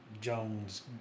Jones